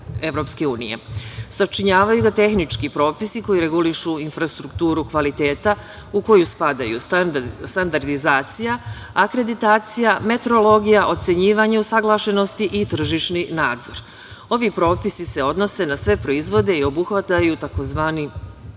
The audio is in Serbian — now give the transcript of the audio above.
kraj EU. Sačinjavaju ga tehnički propisi koji regulišu infrastrukturu kvaliteta u koju spadaju standardizacija, akreditacija, metrologija, ocenjivanje usaglašenosti i tržišni nadzor. Ovi propisi se odnose na sve proizvode i obuhvataju tzv.